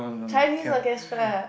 Chinese orchestra